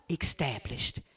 Established